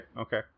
okay